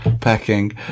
packing